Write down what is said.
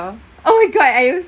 oh my god I also